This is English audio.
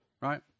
right